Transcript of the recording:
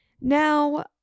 Now